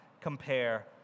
compare